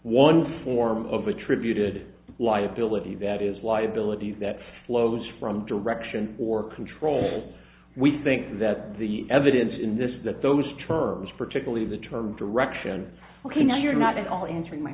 one form of attributed liability that is liabilities that flows from direction or control we think that the evidence in this that those terms particularly the term direction ok now you're not only answering my